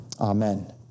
Amen